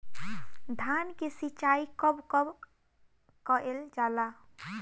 धान के सिचाई कब कब कएल जाला?